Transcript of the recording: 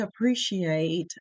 appreciate